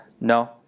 No